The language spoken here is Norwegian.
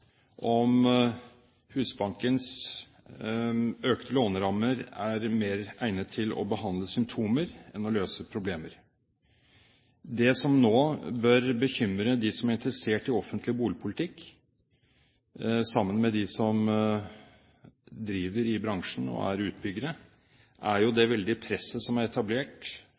om Husbankens økte låneramme er mer egnet til å behandle symptomer enn å løse problemer. Det som nå bør bekymre de som er interessert i offentlig boligpolitikk, sammen med dem som driver i bransjen og er utbyggere, er det veldige presset som er etablert